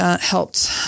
helped